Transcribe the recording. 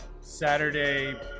Saturday